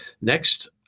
next